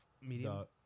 medium